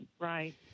Right